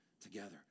together